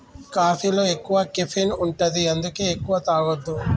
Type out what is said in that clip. కాఫీలో ఎక్కువ కెఫీన్ ఉంటది అందుకే ఎక్కువ తాగొద్దు